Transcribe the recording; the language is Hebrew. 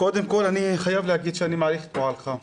קודם כל אני חייב להגיד שאני מעריך את פועלך.